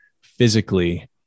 physically